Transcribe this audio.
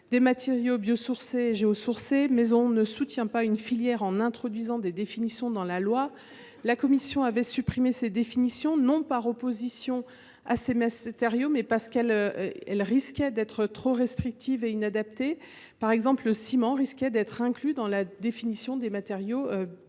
des matériaux biosourcés et géosourcés, mais on ne soutient pas une filière en introduisant des définitions dans la loi ! La commission des affaires économiques a supprimé ces définitions non par opposition à ces matériaux, mais parce qu’elles risquaient d’être trop restrictives et inadaptées. Par exemple, le ciment aurait pu figurer dans la liste des matériaux géosourcés…